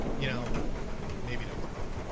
you know, maybe don't do that.